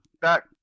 Back